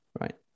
right